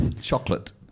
Chocolate